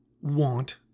want